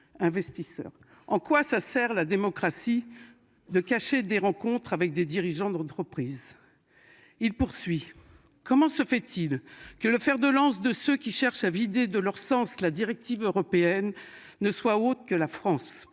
en quoi ça sert la démocratie de cacher des rencontres avec des dirigeants d'entreprise. Il poursuit, comment se fait-il que le fer de lance de ceux qui cherchent à vider de leur sens. La directive européenne ne soit autre que la France